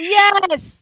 yes